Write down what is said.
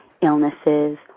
illnesses